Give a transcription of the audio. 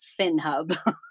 FinHub